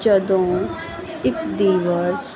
ਜਦੋਂ ਇੱਕ ਦਿਵਸ